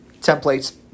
Templates